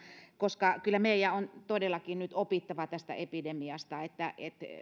koska kyllä meidän on todellakin nyt opittava tästä epidemiasta